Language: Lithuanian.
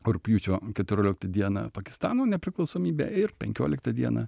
rugpjūčio keturioliktą dieną pakistano nepriklausomybė ir penkioliktą dieną